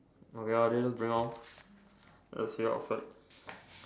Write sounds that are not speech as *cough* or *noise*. okay lor then just bring lor let's hear outside *noise*